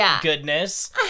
goodness